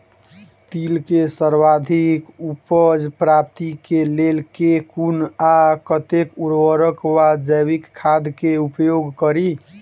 तिल केँ सर्वाधिक उपज प्राप्ति केँ लेल केँ कुन आ कतेक उर्वरक वा जैविक खाद केँ उपयोग करि?